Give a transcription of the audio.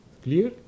clear